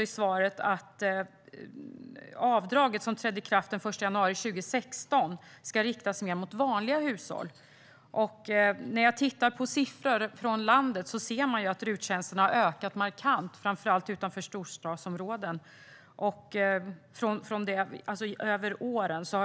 I svaret sägs att det avdrag som trädde i kraft den 1 januari 2016 ska riktas mer mot vanliga hushåll. När jag tittar på siffror från landet ser jag att RUT-tjänsterna har ökat markant över åren, framför allt utanför storstadsområdena.